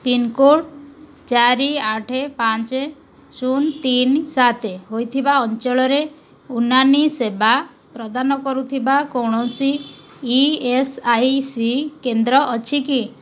pincode ଚାରି ଆଠ ପାଞ୍ଚ ଶୂନ ତିନି ସାତ ହେଇଥିବା ଅଞ୍ଚଳରେ ଉନାନି ସେବା ପ୍ରଦାନ କରୁଥିବା କୌଣସି ଇ ଏସ୍ ଆଇ ସି କେନ୍ଦ୍ର ଅଛି କି